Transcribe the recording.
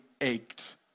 ached